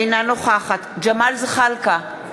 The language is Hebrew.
אינה נוכחת ג'מאל זחאלקה,